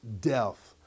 death